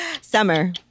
Summer